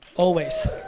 always.